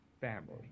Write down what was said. family